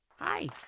Hi